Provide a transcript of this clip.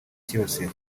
kibasiye